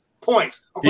points